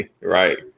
right